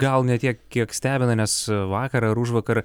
gal ne tiek kiek stebina nes vakar užvakar